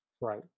right